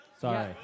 Sorry